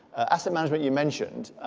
asset management you mentioned.